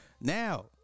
Now